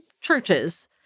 churches